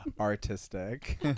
artistic